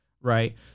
right